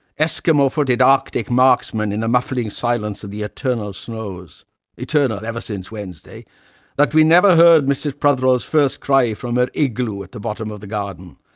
eskimo-footed arctic marksmen in the muffling silence of the eternal snows eternal, ever since wednesday that we never heard mrs. prothero's first cry from her igloo at the bottom of the garden.